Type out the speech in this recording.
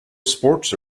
sports